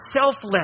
selfless